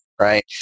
right